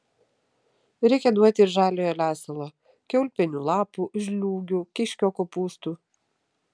reikia duoti ir žaliojo lesalo kiaulpienių lapų žliūgių kiškio kopūstų